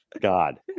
God